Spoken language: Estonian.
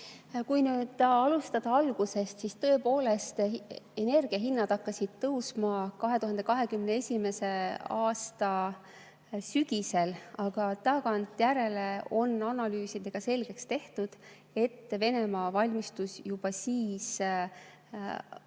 Kui alustada algusest, siis tõepoolest hakkasid energiahinnad tõusma 2021. aasta sügisel, aga tagantjärele on analüüsidega selgeks tehtud, et Venemaa valmistus juba siis